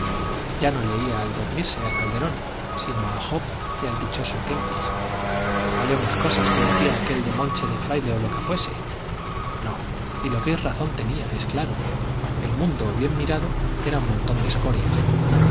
ya no leía al dormirse a calderón sino a job y al dichoso kempis vaya unas cosas que decía aquel demonche de fraile o lo que fuese no y lo que es razón tenía es claro el mundo bien mirado era un montón de escorias